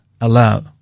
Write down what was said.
allow